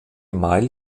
mile